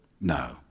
No